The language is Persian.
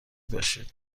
باشید